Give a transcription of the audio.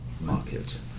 market